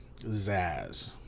Zaz